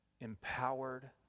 empowered